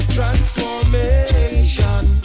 Transformation